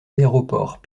aéroports